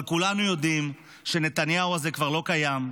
אבל כולנו יודעים שנתניהו הזה כבר לא קיים.